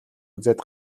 үзээд